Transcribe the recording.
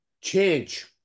change